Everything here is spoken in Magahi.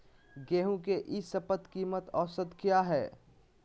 गेंहू के ई शपथ कीमत औसत क्या है?